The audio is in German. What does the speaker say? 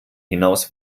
hinaus